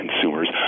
consumers